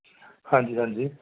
आं जी आं जी